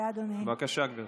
בבקשה, גברתי.